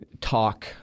talk